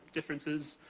differences,